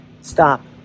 Stop